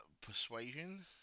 persuasion